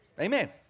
Amen